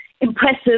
impressive